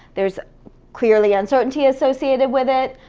there's clearly uncertainty associated with it.